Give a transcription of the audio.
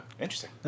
Interesting